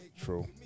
True